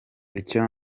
icyo